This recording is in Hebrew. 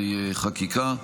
בהליכי חקיקה.